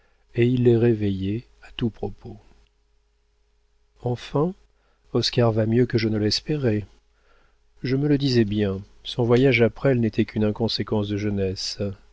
et il les réveillait à tout propos enfin oscar va mieux que je ne l'espérais je me le disais bien son voyage à presles n'était qu'une inconséquence de jeunesse